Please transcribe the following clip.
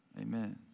Amen